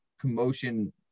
commotion